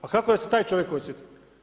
Pa kako da se taj čovjek osjeti?